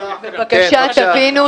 ההחלטה התקבלה.